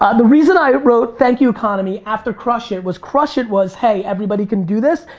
ah the reason i wrote thank you economy after crush it! was, crush it! was, hey everybody can do this.